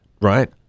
right